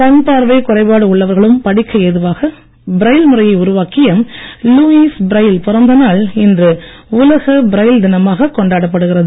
கண்பார்வை குறைபாடு உள்ளவர்களும் படிக்க ஏதுவாக பிரெய்ல் முறையை உருவாக்கிய லூயிஸ் பிரெய்ல் பிறந்த நாள் இன்று உலக பிரெய்ல் தினமாகக் கொண்டாடப் படுகிறது